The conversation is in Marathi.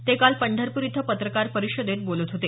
ते काल पंढरपूर इथं पत्रकार परिषदेत बोलत होते